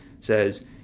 says